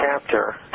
chapter